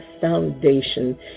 foundation